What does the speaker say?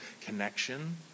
connection